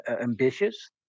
ambitious